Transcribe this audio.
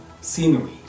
scenery